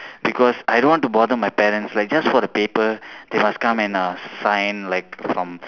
because I don't want to bother my parents like just for a paper they must come and uh sign like from